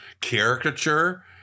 caricature